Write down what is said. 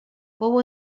fou